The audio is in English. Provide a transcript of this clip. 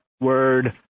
Word